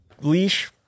Leash